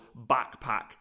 backpack